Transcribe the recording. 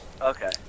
Okay